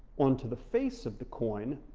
onto the face of the coin,